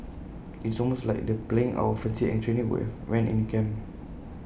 IT is almost like the playing out of A fantasy any trainee would have when in camp